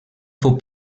fou